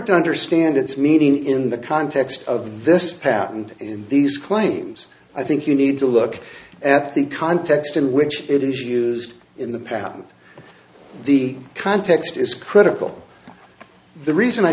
to understand its meaning in the context of this patent in these claims i think you need to look at the context in which it is used in the patent the context is critical the reason i